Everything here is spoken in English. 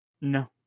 No